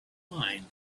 mind